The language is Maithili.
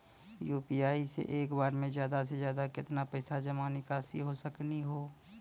यु.पी.आई से एक बार मे ज्यादा से ज्यादा केतना पैसा जमा निकासी हो सकनी हो?